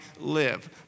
live